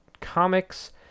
comics